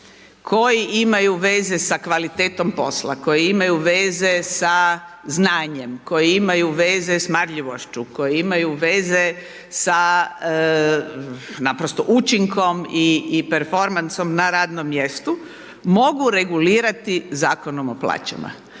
koji imaju sa kvalitetom posla, koji imaju veze sa znanjem, koji imaju veze sa marljivošću, koji imaju veze sa naprosto učinkom i performansom na radnom mjestu, mogu regulirati Zakonom o plaćama.